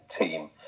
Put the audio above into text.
team